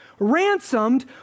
Ransomed